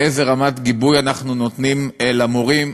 באיזה רמת גיבוי אנחנו נותנים למורים,